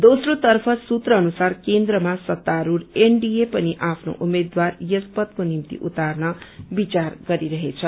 दोस्रोतर्फ सूत्र अनुसार केन्द्रमा सत्तास्ढ़ एनडीए पनि आफ्नो उम्मेद्वार यस पदको निम्ति उतार्न विचार गरिरहेछ